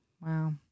Wow